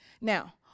Now